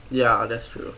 ya that's true